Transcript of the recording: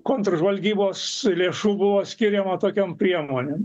kontržvalgybos lėšų buvo skiriama tokiom priemonėm